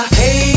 hey